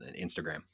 Instagram